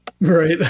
Right